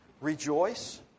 Rejoice